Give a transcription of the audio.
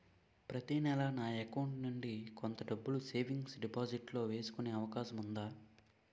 ప్రతి నెల నా అకౌంట్ నుండి కొంత డబ్బులు సేవింగ్స్ డెపోసిట్ లో వేసుకునే అవకాశం ఉందా?